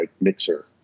mixer